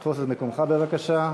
תפוס את מקומך, בבקשה.